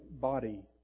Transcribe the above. body